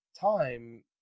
time